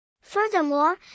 Furthermore